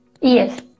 Yes